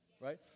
right